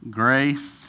grace